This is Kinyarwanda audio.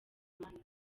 amande